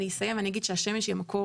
אני אסיים ואני אגיד שהשמש היא המקור